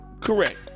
Correct